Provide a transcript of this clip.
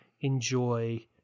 enjoy